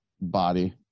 body